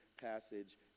passage